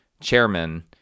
Chairman